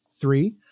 Three